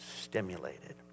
stimulated